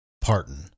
Parton